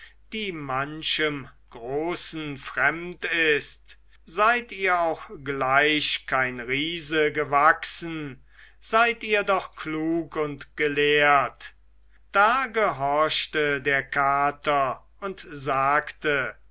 die manchem großen fremd ist seid ihr auch gleich kein riese gewachsen seid ihr doch klug und gelehrt da gehorchte der kater und sagte